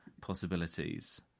possibilities